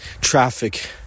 traffic